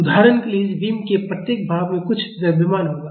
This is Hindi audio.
उदाहरण के लिए इस बीम के प्रत्येक भाग में कुछ द्रव्यमान होगा